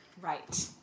Right